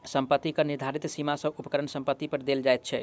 सम्पत्ति कर निर्धारित सीमा सॅ ऊपरक सम्पत्ति पर देय होइत छै